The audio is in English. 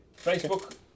Facebook